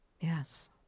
Yes